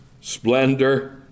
splendor